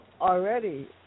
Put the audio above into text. already